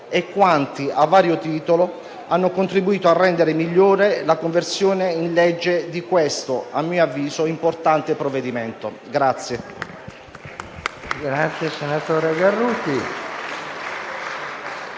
e quanti, a vario titolo, hanno contribuito a rendere migliore la conversione in legge di questo - a mio avviso - importante provvedimento.